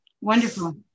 Wonderful